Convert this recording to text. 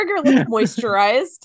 moisturized